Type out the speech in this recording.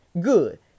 good